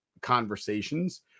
conversations